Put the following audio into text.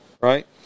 right